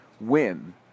win